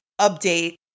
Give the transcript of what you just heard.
update